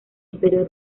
imperio